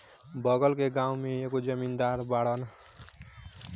बगल के गाँव के एगो जमींदार बाड़न